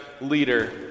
leader